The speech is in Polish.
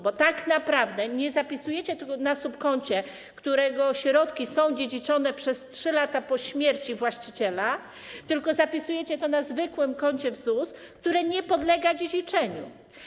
Bo tak naprawdę nie zapisujecie tego na subkoncie, z którego środki są dziedziczone przez 3 lata po śmierci właściciela, tylko zapisujecie to na zwykłym koncie w ZUS, które nie podlega dziedziczeniu.